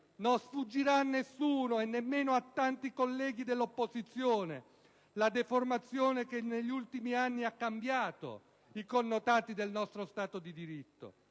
non sfuggirà a nessuno, nemmeno a tanti colleghi dell'opposizione, la deformazione che negli ultimi anni ha cambiato i connotati del nostro Stato di diritto.